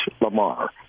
Lamar